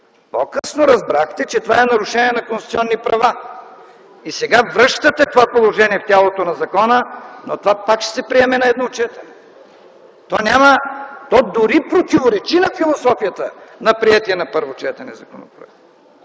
По-късно разбрахте, че това е нарушение на конституционни права и сега връщате това положение в тялото на закона, но това пак ще се приеме на едно четене! То дори противоречи на философията на приетия на първо четене законопроект.